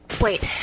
Wait